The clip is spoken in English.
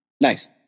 Nice